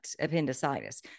appendicitis